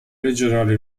regionale